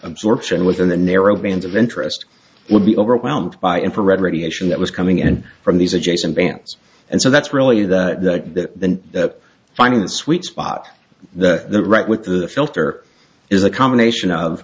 absorption within the narrow bands of interest would be overwhelmed by infrared radiation that was coming in from these adjacent bands and so that's really the that finding the sweet spot that the right with the filter is a combination of